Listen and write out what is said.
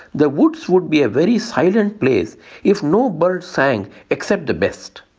the woods would be a very silent place if no birds sang except the best.